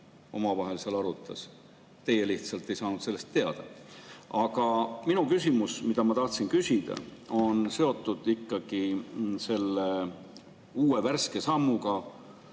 omavahel seal arutas. Teie lihtsalt ei saanud sellest teada. Aga minu küsimus, mis ma tahtsin küsida, on seotud selle värske sammuga.